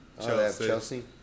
Chelsea